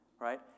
right